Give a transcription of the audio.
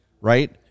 right